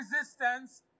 resistance